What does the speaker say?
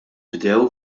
bdew